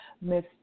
Miss